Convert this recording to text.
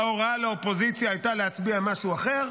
ההוראה לאופוזיציה הייתה להצביע משהו אחר.